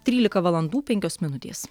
trylika valandų penkios minutės